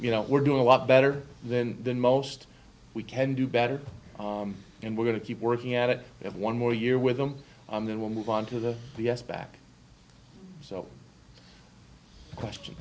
you know we're doing a lot better than than most we can do better and we're going to keep working at it we have one more year with him then we'll move on to the yes back so question